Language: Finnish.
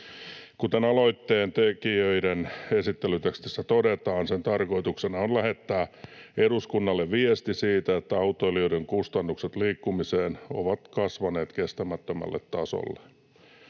Kuten aloitteen tekijöiden esittelytekstissä todetaan, sen tarkoituksena on lähettää eduskunnalle viesti siitä, että autoilijoiden kustannukset liikkumiseen ovat kasvaneet kestämättömälle tasolle.